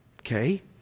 okay